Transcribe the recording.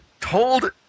told